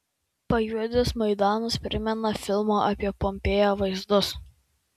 pajuodęs maidanas primena filmo apie pompėją vaizdus